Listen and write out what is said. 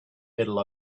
middle